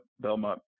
Belmont